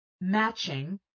matching